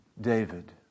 David